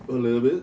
a little bit